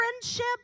friendship